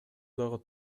дагы